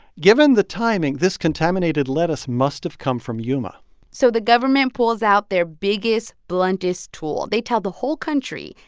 given the timing, this contaminated lettuce must have come from yuma so the government pulls out their biggest, bluntest tool. they tell the whole country,